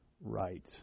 Right